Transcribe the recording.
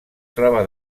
troba